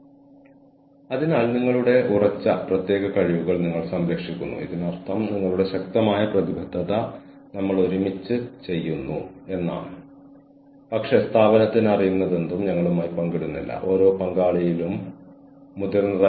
അത് നിങ്ങളോടുള്ള ഞങ്ങളുടെ ഉത്തരവാദിത്തം വർദ്ധിപ്പിക്കുന്നു അത് ഞങ്ങളുടെ പ്രചോദനത്തിലേക്ക് പോഷിപ്പിക്കുന്നു കൂടാതെ ഹ്യൂമൺ ക്യാപിറ്റൽ വികസിച്ചു